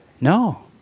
No